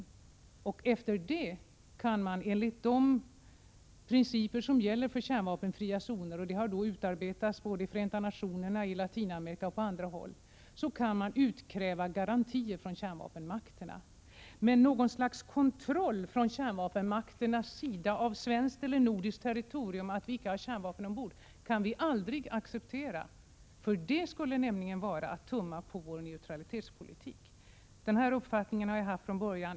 Först efter det kan man enligt de principer som gäller för kärnvapenfria zoner — sådana har utarbetats både i FN, i Latinamerika och på annat håll —- utkräva garantier från kärnvapenmakterna. Men något slags kontroll från kärnvapenmakternas sida av svenskt eller nordiskt territorium kan vi aldrig acceptera. Det skulle nämligen innebära att tumma på vår neutralitetspolitik. Den här uppfattningen har jag haft från början.